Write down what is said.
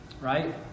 right